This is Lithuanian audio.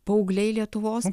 paaugliai lietuvos